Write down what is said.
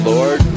Lord